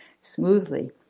smoothly